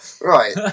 Right